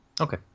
Okay